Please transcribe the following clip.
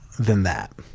than that